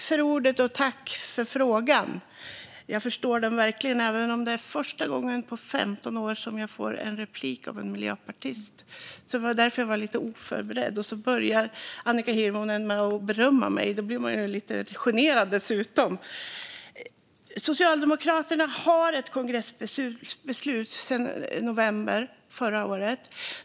Fru talman! Jag tackar för frågan, som jag verkligen förstår. Men det är första gången under 15 år som jag får en replik av en miljöpartist. Därför är jag lite oförberedd. Dessutom började Annika Hirvonen med att berömma mig. Då blir man ju lite generad. Socialdemokraterna har ett kongressbeslut gällande detta sedan november förra året.